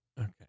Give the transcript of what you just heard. Okay